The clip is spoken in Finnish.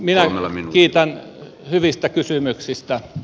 minä kiitän hyvistä kysymyksistä